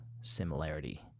similarity